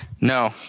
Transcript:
No